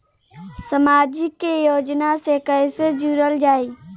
समाजिक योजना से कैसे जुड़ल जाइ?